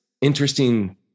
interesting